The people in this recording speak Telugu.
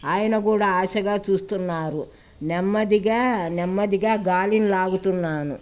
ఆయన గూ కూడా ఆశగా చూస్తున్నారు నెమ్మదిగా నెమ్మదిగా గాలిని లాగుతున్నాను